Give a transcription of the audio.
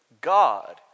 God